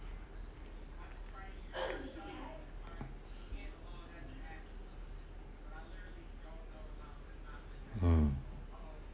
mm